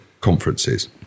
conferences